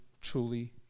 truly